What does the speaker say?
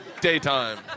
daytime